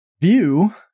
View